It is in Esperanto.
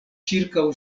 ĉirkaŭ